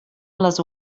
les